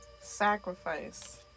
Sacrifice